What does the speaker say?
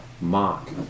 mock